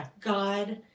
God